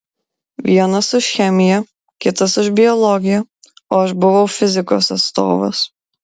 vienas už chemiją kitas už biologiją o aš buvau fizikos atstovas